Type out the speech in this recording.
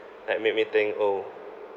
like make me think oh